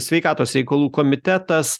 sveikatos reikalų komitetas